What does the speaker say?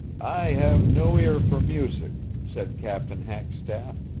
i have no ear for music, said captain hackstaff,